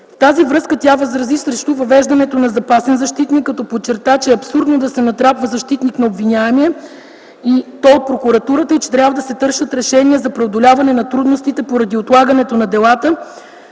тази връзка тя възрази срещу въвеждането на запасен защитник, като подчерта, че е абсурдно да се натрапва защитник на обвиняемия и то от прокурора и че трябва да се търсят решения за преодоляване на трудностите поради отлагането на делата,